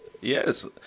Yes